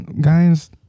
guys